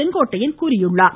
செங்கோட்டையன் தெரிவித்திருக்கிறார்